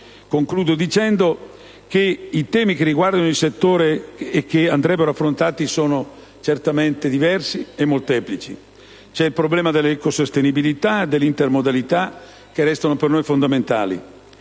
Concludo dicendo che i temi che riguardano il settore e che andrebbero affrontati sono certamente diversi e molteplici. C'è il problema dell'ecosostenibilità e dell'intermodalità, per noi fondamentali;